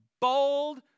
bold